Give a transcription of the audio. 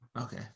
Okay